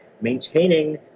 maintaining